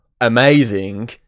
amazing